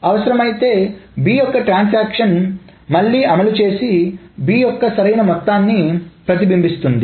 అవసరమైతే B యొక్క transaction మళ్లీ అమలు చేసి B యొక్క సరైన మొత్తాన్ని ప్రతిబింబిస్తుంది